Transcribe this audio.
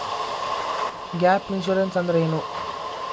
Gap insurance ಅಂದ್ರೇನು?